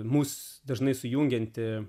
mus dažnai sujungianti